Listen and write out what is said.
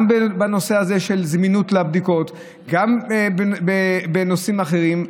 גם בנושא הזה של זמינות הבדיקות וגם בנושאים אחרים.